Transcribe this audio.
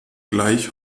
gleich